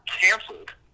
canceled